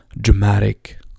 dramatic